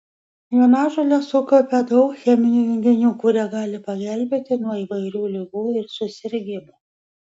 jonažolės sukaupia daug cheminių junginių kurie gali pagelbėti nuo įvairių ligų ir susirgimų